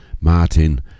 Martin